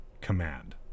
command